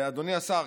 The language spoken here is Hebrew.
אדוני השר,